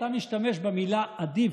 אתה משתמש במילה "עדיף",